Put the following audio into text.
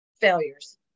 failures